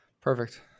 Perfect